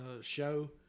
show